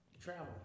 Travel